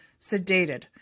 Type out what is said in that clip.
Sedated